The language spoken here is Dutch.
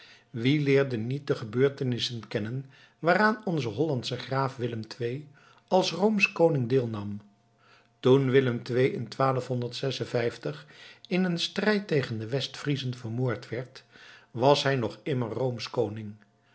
wie leerde niet de gebeurtenissen kennen waaraan onze hollandsche graaf willem ii als roomsch koning deelnam toen willem ii in in een strijd tegen de west friezen vermoord werd was hij nog immer roomsch koning